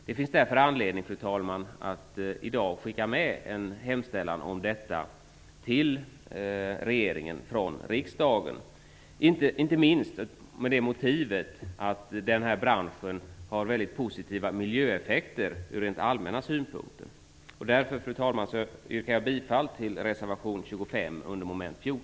Det finns därför anledning, fru talman, att i dag skicka med en hemställan om detta till regeringen från riksdagen, inte minst av den anledningen att den här branschen har mycket positiva miljöeffekter ur rent allmänna synpunkter. Därför, fru talman, yrkar jag bifall till reservation nr